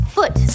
Foot